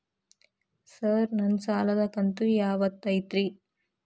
Sir ನನ್ನ ಸಾಲದ ಕಂತು ಯಾವತ್ತೂ ಐತ್ರಿ?